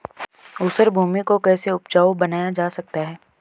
ऊसर भूमि को कैसे उपजाऊ बनाया जा सकता है?